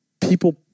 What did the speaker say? people